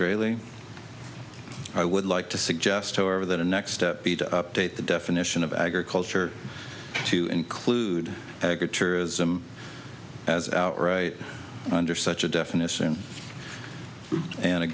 grayling i would like to suggest however that the next step be to update the definition of agriculture to include them as our right under such a definition and a